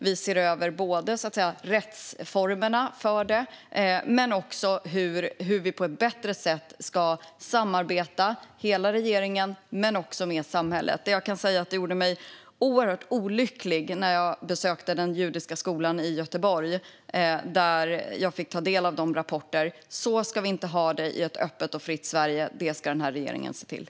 Vi ser över både rättsformerna och hur vi på ett bättre sätt ska samarbeta i hela regeringen, men också med samhället. Det gjorde mig oerhört olycklig när jag besökte den judiska skolan i Göteborg och fick ta del av deras rapporter. Så ska vi inte ha det i ett öppet och fritt Sverige. Det ska den här regeringen se till.